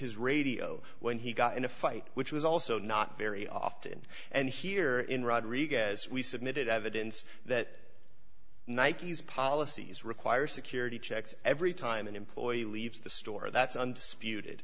his radio when he got in a fight which was also not very often and here in rodriguez we submitted evidence that nike's policies require security checks every time an employee leaves the store that's